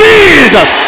Jesus